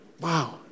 Wow